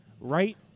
right